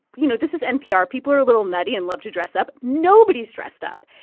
you know, this is npr. people are a little nutty and love to dress up. nobody's dressed up.